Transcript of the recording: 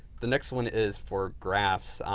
the next one is for graphs.